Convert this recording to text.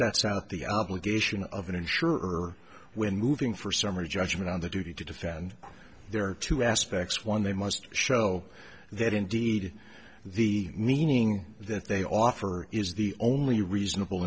sets out the obligation of an insurer when moving for summary judgment on the duty to defend there are two aspects one they must show that indeed the meaning that they offer is the only reasonable